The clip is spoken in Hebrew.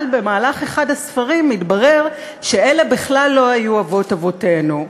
אבל באחד הספרים מתברר שאלה בכלל לא היו אבות אבותינו,